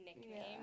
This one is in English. nickname